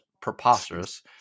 preposterous